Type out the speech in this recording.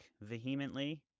vehemently